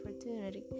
opportunity